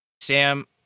Sam